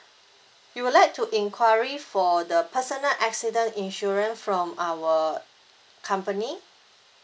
you would like to enquiry for the personal accident insurance from our company